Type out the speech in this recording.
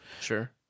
Sure